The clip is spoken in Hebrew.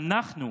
ואנחנו,